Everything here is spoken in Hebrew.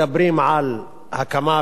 מדברים על הקמה,